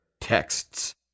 texts